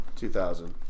2000